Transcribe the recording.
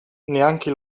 neanche